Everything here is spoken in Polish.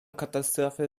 katastrofy